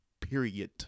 period